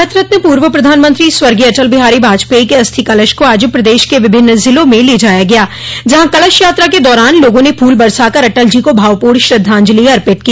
भारत रत्न पूर्व प्रधानमंत्री स्वर्गीय अटल बिहारी वाजपेई के अस्थि कलश को आज प्रदेश के विभिन्न जिलों में ले जाया गया जहां कलश यात्रा के दौरान लोगों ने फूल बरसा कर अटल जी को भावपूर्ण श्रद्वाजंलि अर्पित की